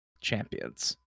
champions